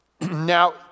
Now